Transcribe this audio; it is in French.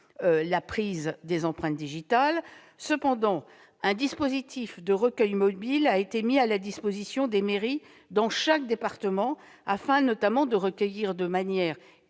prise des empreintes digitales. En outre, un dispositif de recueil mobile a été mis à la disposition des mairies dans chaque département, afin notamment de recueillir, de manière